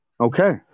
Okay